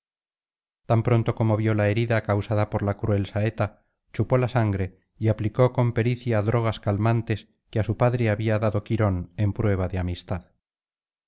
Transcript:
tan pronto como vio la herida causada por la cruel saeta chupó la sangre y aplicó con pericia drogas calmantes que á su padre había dado quirón en prueba de amistad